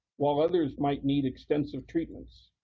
while others might need extensive treatments.